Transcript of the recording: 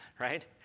right